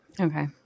Okay